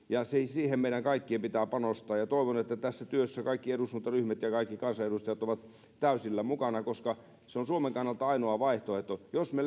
ja siihen meidän kaikkien pitää panostaa ja toivon että tässä työssä kaikki eduskuntaryhmät ja kaikki kansanedustajat ovat täysillä mukana koska se on suomen kannalta ainoa vaihtoehto jos me